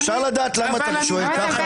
אפשר לדעת למה אתה שואל ככה?